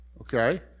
okay